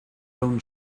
own